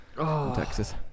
Texas